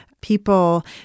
People